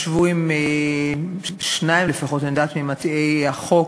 ישבו עם שניים לפחות, שאני יודעת, ממציעי החוק,